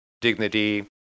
dignity